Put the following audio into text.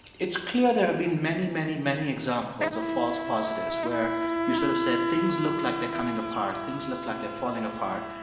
it's clear there have been many, many, many examples of false positives, where you sort of said things look like they're coming apart. things look like they're falling apart.